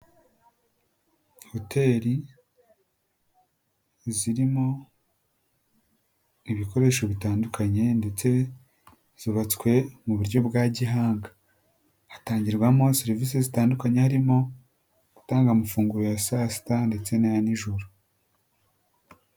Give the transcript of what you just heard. Hoteli zirimo ibikoresho bitandukanye ndetse zubatswe mu buryo bwa gihanga, hatangirwamo serivisi zitandukanye harimo gutanga amafunguro ya saa sita ndetse n'aya nijoro.